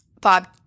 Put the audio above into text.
Bob